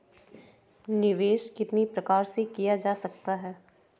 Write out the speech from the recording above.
निवेश कितनी प्रकार से किया जा सकता है?